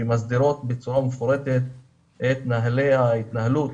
שמסדירות בצורה מפורטת את נהלי ההתנהלות,